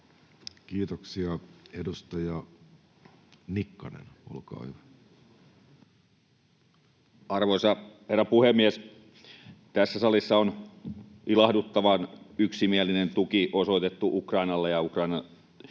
Kiitoksia. — Edustaja Nikkanen, olkaa hyvä. Arvoisa herra puhemies! Tässä salissa on ilahduttavan yksimielinen tuki osoitettu Ukrainalle ja Ukrainan taloudelliselle